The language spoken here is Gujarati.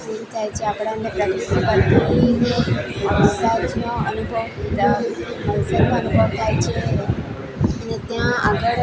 ફિલ થાય છે આપણાને પ્રાકૃતિક મસાજનો મસાજનો અનુભવ થાય છે અને ત્યાં આગળ